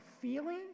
feeling